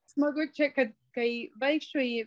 smagu čia kad kai vaikščioji